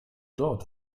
dort